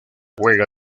juega